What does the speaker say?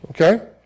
Okay